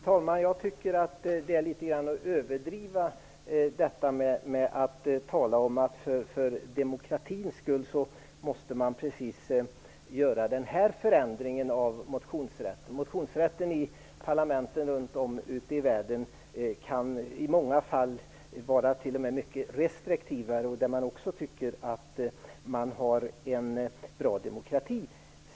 Fru talman! Jag tycker att det är att överdriva litet grand att tala om att man för demokratins skull måste göra precis den här förändringen av motionsrätten. Motionsrätten i parlamenten runt om i världen kan i många fall vara t.o.m. mycket restriktivare, och man tycker ändå att man har en bra demokrati.